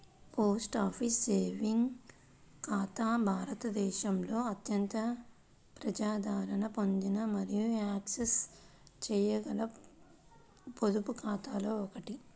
post office savings ఖాతా భారతదేశంలో అత్యంత ప్రజాదరణ పొందిన మరియు యాక్సెస్ చేయగల పొదుపు ఖాతాలలో ఒకటి